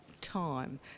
time